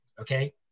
Okay